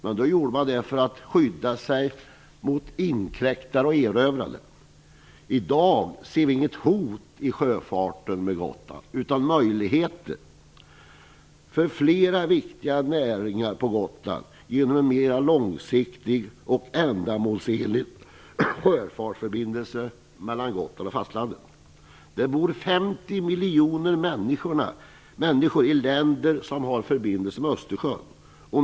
Men då gjorde man det för att skydda sig mot inkräktare och erövrare. I dag ser vi dag ser vi inget hot i sjöfarten med Gotland utan möjligheter för flera viktiga näringar på Gotland genom en mer långsiktig och ändamålsenlig sjöfartsförbindelse mellan Gotland och fastlandet. Det bor 50 miljoner människor i länder som har förbindelse med Östersjön.